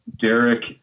Derek